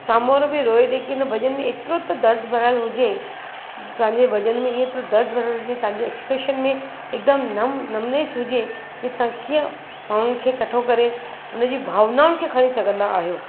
साम्हूं वारो बि रोई ॾिए की इन भॼन में एतिरो त दर्दु भरियलु हुजे तव्हांजे भॼन में एतिरो दर्दु भरियलु हुजे तव्हांजे एक्सप्रेशन में एकदमि नमु नमनेस हुजे की तव्हां कीअं माण्हुनि खे कठो करे उन्हनि जी भावनाउनि खे खणी सघंदा आहियो